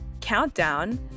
countdown